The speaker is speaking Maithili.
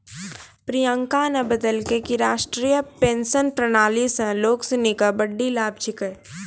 प्रियंका न बतेलकै कि राष्ट्रीय पेंशन प्रणाली स लोग सिनी के बड्डी लाभ छेकै